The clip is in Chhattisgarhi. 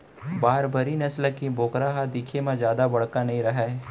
बारबरी नसल के बोकरा ह दिखे म जादा बड़का नइ रहय